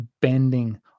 bending